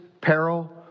peril